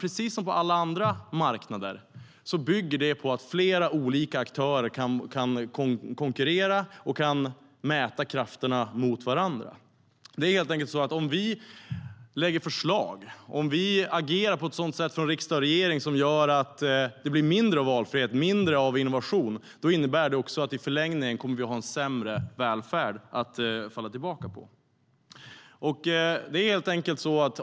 Precis som på alla andra marknader bygger det på att flera olika aktörer kan konkurrera och mäta krafterna mot varandra. Om vi från riksdag och regering lägger fram förslag eller agerar på ett sådant sätt som gör att det blir mindre valfrihet och mindre av innovation, innebär det i förlängningen att det kommer att bli en sämre välfärd att falla tillbaka på.